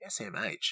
SMH